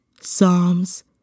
Psalms